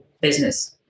business